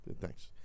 Thanks